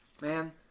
man